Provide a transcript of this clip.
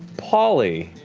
paulie.